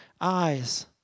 eyes